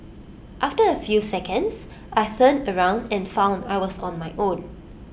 after A few seconds I turned around and found I was on my own